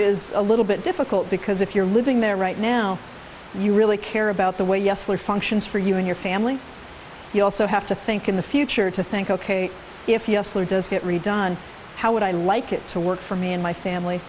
is a little bit difficult because if you're living there right now you really care about the way yesler functions for you and your family you also have to think in the future to think ok if he does get redone how would i like it to work for me and my family